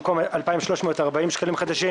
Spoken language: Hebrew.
במקום "2,340 שקלים חדשים"